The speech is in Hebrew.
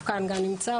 הוא כאן, גם נמצא.